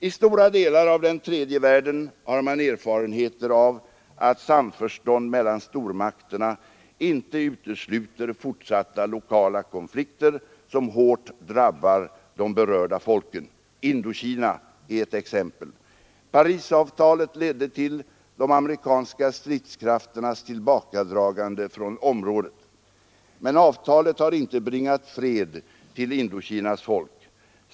I stora delar av den tredje världen har man erfarenheter av att samförstånd mellan stormakterna inte utesluter fortsatta lokala konflik ter, som hårt drabbar de berörda folken. Indokina är ett exempel. Parisavtalet ledde till de amerikanska stridskrafternas tillbakadragande från området, men avtalet har inte bringat fred till Indokinas folk.